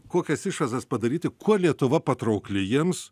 kokias išvadas padaryti kuo lietuva patraukli jiems